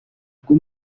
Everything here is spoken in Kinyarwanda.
bwo